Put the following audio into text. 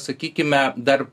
sakykime dar